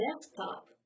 desktop